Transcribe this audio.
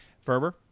Ferber